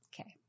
Okay